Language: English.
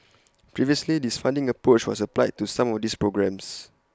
previously this funding approach was applied to some of these programmes